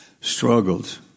struggled